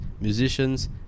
musicians